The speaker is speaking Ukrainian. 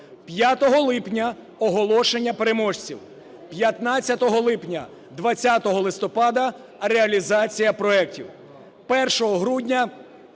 5 липня – оголошення переможців, 15 липня - 20 листопада – реалізація проектів, 1 грудня